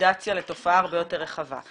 וולידציה לתופעה הרבה יותר רחבה.